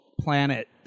planet